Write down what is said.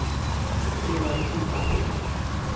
KYC का होथे?